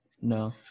No